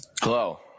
Hello